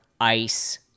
ice